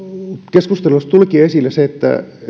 keskustelussa tulikin esille että